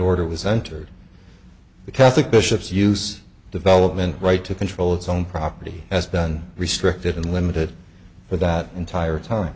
order was entered the catholic bishops use development right to control its own property has been restricted and limited for that entire time